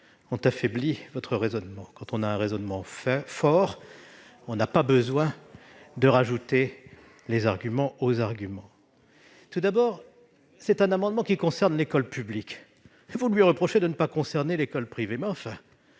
affaiblit votre raisonnement. Quand on a un raisonnement fort, on n'a pas besoin de rajouter des arguments aux arguments. Premièrement, ces amendements concernent l'école publique. Vous leur reprochez de ne pas concerner l'école privée, mais il